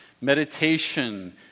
Meditation